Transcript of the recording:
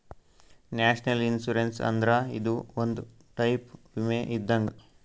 national insurance ಅಂದ್ರ ಇದು ಒಂದ್ ಟೈಪ್ ವಿಮೆ ಇದ್ದಂಗ್